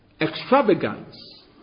extravagance